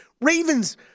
Ravens